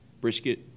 brisket